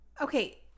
Okay